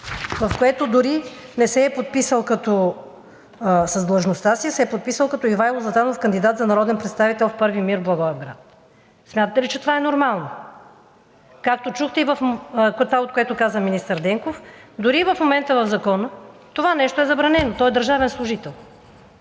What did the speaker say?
В което дори не се е подписал с длъжността си, а се е подписал като Ивайло Златанов, кандидат за народен представител в 1 МИР – Благоевград. Смятате ли, че това е нормално? Както чухте и това, което каза министър Денков, дори и в момента в Закона това нещо е забранено. Той е държавен служител.